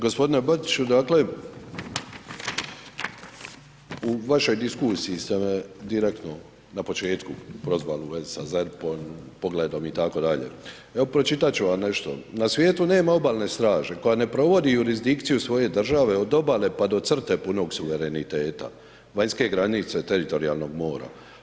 Gospodine Bačić odakle u vašoj diskusiji sam direktno na početku prozvali u vezi sa ZERP-om pogledom itd., evo pročitat ću vam nešto „Na svijetu nema obalne straže koja ne provodi jurisdikciju svoje države od obale pa do crte punog suvereniteta, vanjske granice teritorijalnog mora.